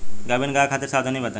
गाभिन गाय खातिर सावधानी बताई?